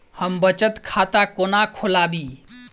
हम बचत खाता कोना खोलाबी?